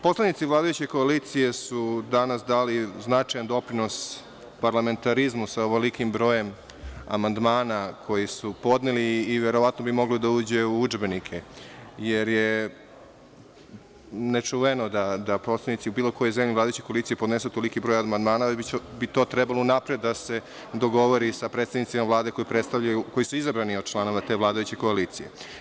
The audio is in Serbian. Poslanici vladajuće koalicije su danas dali značajan doprinos parlamentarizmu sa ovolikim brojem amandmana koji su podneli i verovatno bi mogao da uđe u udžbenike, jer je nečuveno da poslanici u biloj kojoj zemlji vladajuće koalicije podnesu toliki broj amandmana, već bi to trebalo unapred da se dogovori sa predstavnicima Vlade, koji su izabrani od članova te vladajuće koalicije.